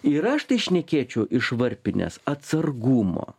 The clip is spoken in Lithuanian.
ir aš tai šnekėčiau iš varpinės atsargumo